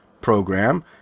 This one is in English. program